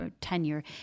tenure